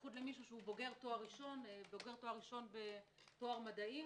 במיוחד לבוגר תואר ראשון בתואר מדעים